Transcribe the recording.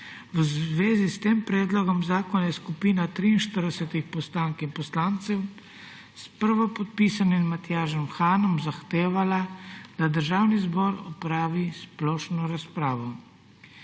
V zvezi s tem predlogom zakona je skupina 43 poslank in poslancev, s prvopodpisanim Matjažem Hanom, zahtevala, da Državni zbor opravi splošno razpravo.